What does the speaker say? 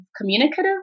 communicative